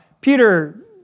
Peter